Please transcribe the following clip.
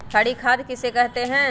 हरी खाद किसे कहते हैं?